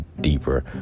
deeper